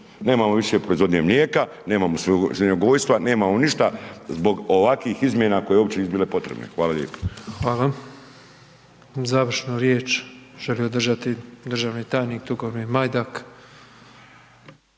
Nemamo više proizvodnje mlijeka, nemamo svinjogojstva, nemamo ništa zbog ovakvih izmjena koje opće nisu bile potrebne. Hvala lijepo. **Petrov, Božo (MOST)** Hvala. Završnu riječ želi održati državni tajnik Tugomir Majdak.